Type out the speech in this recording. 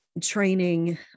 training